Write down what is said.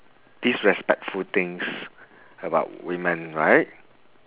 disrespectful things about women right